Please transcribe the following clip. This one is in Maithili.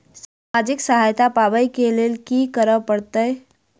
सामाजिक सहायता पाबै केँ लेल की करऽ पड़तै छी?